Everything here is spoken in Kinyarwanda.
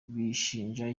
bishinja